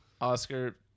Oscar